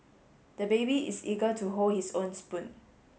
the baby is eager to hold his own spoon